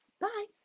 bye